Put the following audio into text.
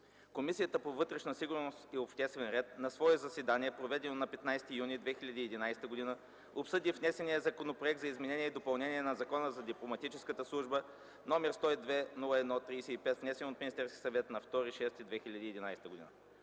Комисията по вътрешна сигурност и обществен ред на свое заседание, проведено на 15 юни 2011 г., обсъди внесения Законопроект за изменение и допълнение на Закона за дипломатическата служба, № 102-01-35, внесен от Министерския съвет на 2 юни 2011 г.